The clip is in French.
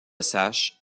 sache